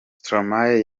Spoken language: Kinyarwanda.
stromae